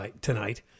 tonight